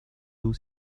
d’eau